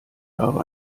habe